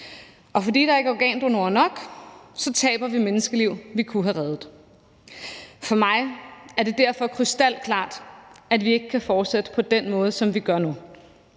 Og fordi der ikke er organdonorer nok, taber vi menneskeliv, vi kunne have reddet. For mig er det derfor krystalklart, at vi ikke kan fortsætte på den måde, som vi gør nu.